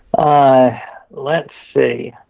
ah let's see.